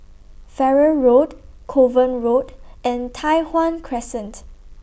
Farrer Road Kovan Road and Tai Hwan Crescent